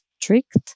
strict